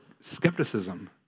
skepticism